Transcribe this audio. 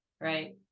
Right